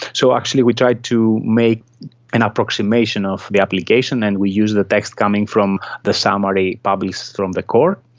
so actually we tried to make an approximation of the application and we use the text coming from the summary published from the court.